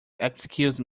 excuse